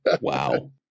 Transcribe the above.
Wow